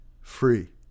free